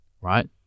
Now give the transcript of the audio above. right